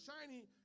shiny